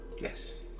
Yes